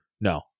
No